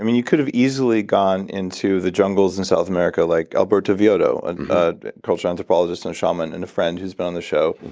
you could have easily gone into the jungles in south america like alberto viotto, and a cultural anthropologist and shaman and a friend who's been on the show.